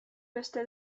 beste